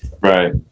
right